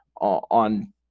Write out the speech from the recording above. on